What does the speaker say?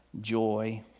joy